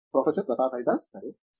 professor Pratap Haridas సరే సరే